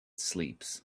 sleeps